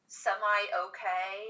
semi-okay